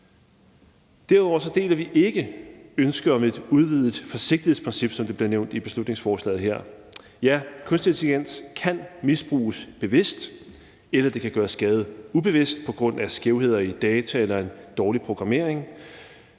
Derudover deler vi ikke ønsket om et udvidet forsigtighedsprincip, som det bliver nævnt i beslutningsforslaget her. Ja, kunstig intelligens kan misbruges bevidst, eller det kan gøre skade ubevidst på grund af skævheder i data eller en dårlig programmering.